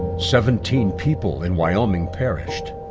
seventeen people in wyoming perished.